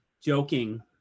joking